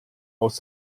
aus